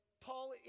Paul